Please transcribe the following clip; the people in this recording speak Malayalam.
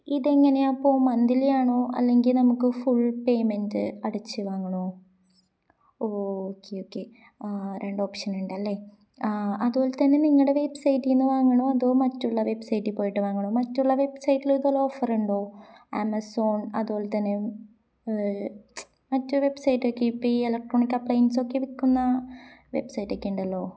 ഇതെങ്ങനെയാണ് അപ്പോൾ മന്ത്ലി ആണോ അല്ലെങ്കിൽ നമുക്ക് ഫുൾ പേയ്മെൻറ് അടച്ച് വാങ്ങണോ ഓ ഓക്കെ ഓക്കെ ആ രണ്ട് ഓപ്ഷനുണ്ടല്ലേ ആ അതു പോലെ തന്നെ നിങ്ങളുടെ വെബ്സൈറ്റിൽ നിന്ന് വാങ്ങണോ അതോ മറ്റുള്ള വെബ്സൈറ്റിൽ പോയിട്ട് വാങ്ങണോ മറ്റുള്ള വെബ്സൈറ്റിൽ ഇതു പോലെ ഓഫറുണ്ടോ ആമസോൺ അതു പോലെ തന്നെ മറ്റ് വെബ്സൈറ്റൊക്കെ ഇപ്പം ഈ ഇലക്ട്രോണിക് അപ്ലയൻസൊക്കെ വിൽക്കുന്ന വെബ്സൈറ്റൊക്കെ ഉണ്ടല്ലോ